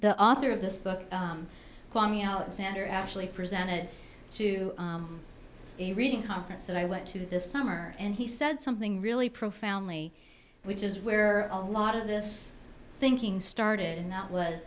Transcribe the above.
the author of this book kwame alexander actually presented to a reading conference that i went to this summer and he said something really profoundly which is where a lot of this thinking started and that was